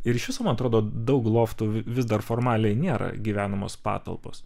ir iš viso man atrodo daug loftų vis dar formaliai nėra gyvenamos patalpos